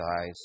eyes